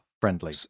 friendly